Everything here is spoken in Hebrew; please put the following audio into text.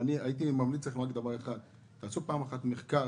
אני ממליץ לכם לעשות פעם אחת מחקר